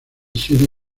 siria